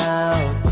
out